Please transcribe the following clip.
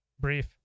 brief